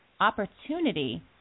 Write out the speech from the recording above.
opportunity